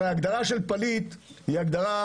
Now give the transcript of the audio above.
הרי הגדרה של פליט היא הגדרה